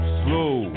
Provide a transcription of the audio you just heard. slow